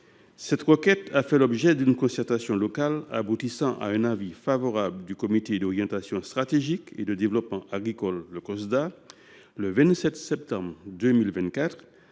Cette requête a fait l’objet d’une concertation locale et a abouti à un avis favorable du comité d’orientation stratégique et de développement agricole (Cosda), le 27 septembre 2024.